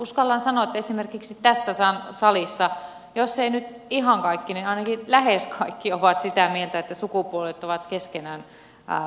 uskallan sanoa että esimerkiksi tässä salissa jos ei nyt ihan kaikki niin ainakin lähes kaikki ovat sitä mieltä että sukupuolet ovat keskenään tasa arvoisia